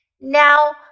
Now